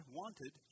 wanted